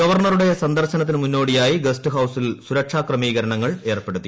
ഗവർണറുടെ സന്ദർശനത്തിനു മുന്നോടിയായി ഗസ്റ്റ് ഹൌസിൽ സുരക്ഷാ ക്രമീകരണങ്ങൾ ഏർപ്പെടുത്തി